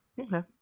Okay